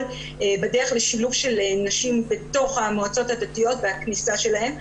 בדרך לשילוב של נשים בתוך המועצות הדתיות והכניסה שלהן,